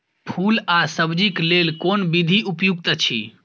फूल आ सब्जीक लेल कोन विधी उपयुक्त अछि?